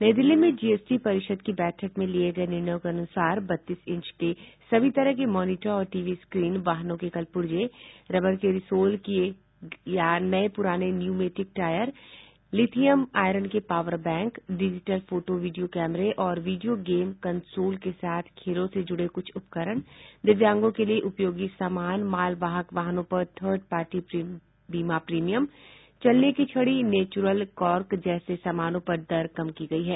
नई दिल्ली में जीएसटी परिषद की बैठक में लिए गए निर्णयों के अनुसार बत्तीस इंच के सभी तरह के मॉनिटर और टीवी स्क्रीन वाहनों के कल पूर्जे रबर के रिसोल किये या पूराने न्यूमेटिक टायर लीथियम आयन के power bank digital photo video कैमरे और वीडियो गेम कन्सोल के साथ खेलों से जुड़े कुछ उपकरण दिव्यांगों के लिए उपयोगी सामान माल वाहक वाहनों पर थर्ड पार्टी बीमा प्रीमियम चलने की छड़ी नेचु्रल कॉर्क जैसे सामानों पर दर कम की गयी है